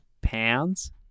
pounds